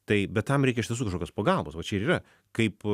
tai bet tam reikia kažkokios pagalbos va čia ir yra kaip